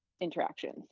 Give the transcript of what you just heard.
interactions